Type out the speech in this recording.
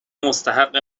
مستحق